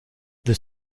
the